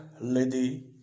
lady